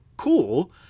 cool